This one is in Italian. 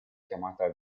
chiamata